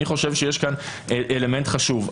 אני חושב שיש כאן אלמנט חשוב.